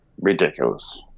ridiculous